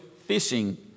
fishing